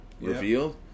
revealed